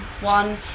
one